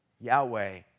Yahweh